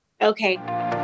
Okay